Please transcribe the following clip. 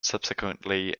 subsequently